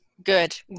good